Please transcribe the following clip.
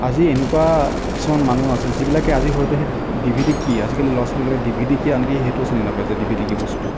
আজি এনেকুৱা কিছুমান মানুহ আছে যিবিলাকে আজি হয়তো ডিভিডি কি আজিকালি ল'ৰা ছোৱালীবিলাকে ডিভিডি কি আনকি সেইটোও চিনি নেপাই যে ডিভিডি কি বস্তু